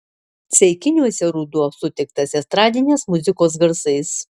ceikiniuose ruduo sutiktas estradinės muzikos garsais